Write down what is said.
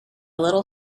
little